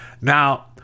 now